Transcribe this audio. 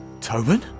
Tobin